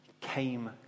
came